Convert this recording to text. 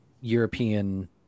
European